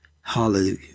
Hallelujah